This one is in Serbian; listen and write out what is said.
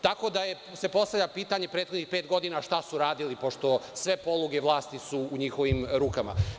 Tako da se postavlja pitanje prethodnih pet godina šta su radili, pošto sve poluge vlasti su u njihovim rukama.